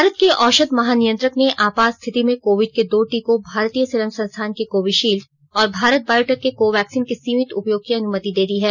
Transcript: भारत के औषध महानियंत्रक ने आपात स्थिति में कोविड के दो टीकों भारतीय सीरम संस्थान के कोविशील्ड और भारत बायोटेक के कोवैक्सीन के सीमित उपयोग की अनुमति दे दी है